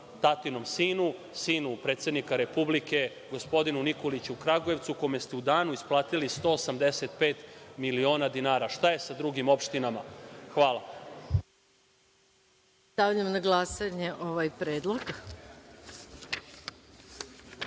tatinom sinu, sinu predsednika Republike, gospodinu Nikoliću u Kragujevcu, kome ste u danu isplatili 185 miliona dinara. Šta je sa drugim opštinama? Hvala. **Maja Gojković** Stavljam na glasanje ovaj predlog. Zaključujem